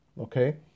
okay